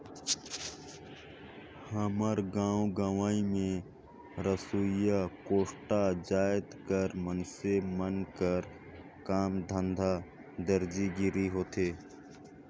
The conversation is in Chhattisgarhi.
हमर गाँव गंवई में रहोइया कोस्टा जाएत कर मइनसे मन कर काम धंधा दरजी गिरी होथे